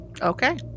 Okay